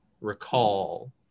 recall